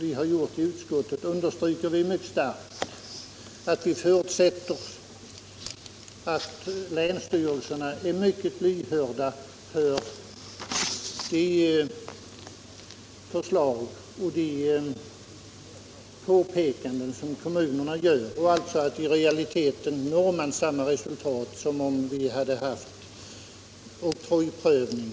I utskottets skrivning understryker vi mycket starkt att vi förutsätter att länsstyrelserna är lyhörda för de förslag och påpekanden som kommunerna lämnar. I realiteten når man då samma resultat som om man hade haft oktrojprövning.